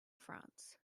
france